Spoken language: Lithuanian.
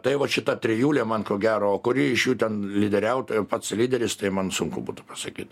tai vat šita trijulė man ko gero kuri iš jų ten lyderiaut pats lyderis tai man sunku būtų pasakyt